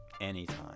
anytime